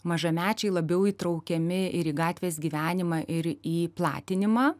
mažamečiai labiau įtraukiami ir į gatvės gyvenimą ir į platinimą